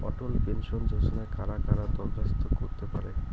অটল pension যোজনায় কারা কারা দরখাস্ত করতে পারে?